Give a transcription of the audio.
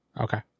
Okay